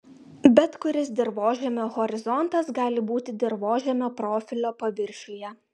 bet kuris dirvožemio horizontas gali būti dirvožemio profilio paviršiuje